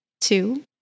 two